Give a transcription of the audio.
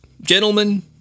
gentlemen